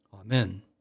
Amen